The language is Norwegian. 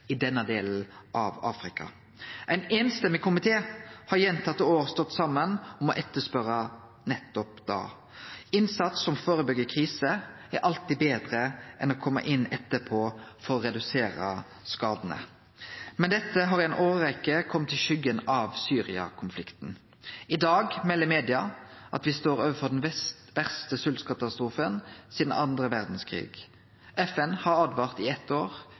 i denne delen av Afrika. Ein samrøystes komité har gjentatte år stått saman om å etterspørje nettopp det. Innsats som førebyggjer kriser, er alltid betre enn å kome inn etterpå for å redusere skadane. Men dette har i ei årrekkje kome i skuggen av Syria-konflikten. I dag melder media at me står overfor den verste sveltkatastrofen sidan den andre verdskrigen. «I ett år har FN advart